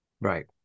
Right